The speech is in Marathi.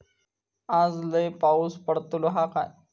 आज लय पाऊस पडतलो हा काय?